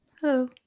Hello